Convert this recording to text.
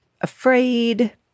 afraid